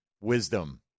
wisdom